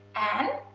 and,